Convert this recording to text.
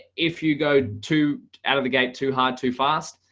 if you go too, out of the gate too hard, too fast,